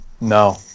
No